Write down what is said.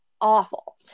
awful